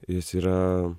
jis yra